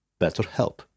BetterHelp